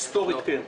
היסטורית, כן.